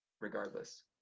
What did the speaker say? regardless